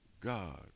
God